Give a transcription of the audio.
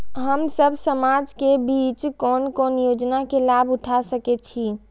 हम सब समाज के बीच कोन कोन योजना के लाभ उठा सके छी?